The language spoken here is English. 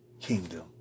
kingdom